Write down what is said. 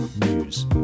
news